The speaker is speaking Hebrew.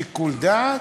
שיקול דעת,